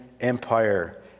empire